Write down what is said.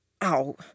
Ow